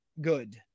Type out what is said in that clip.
good